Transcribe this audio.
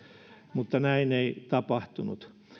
mutta näin ei tapahtunut